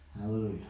Hallelujah